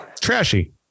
Trashy